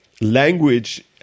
language